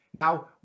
Now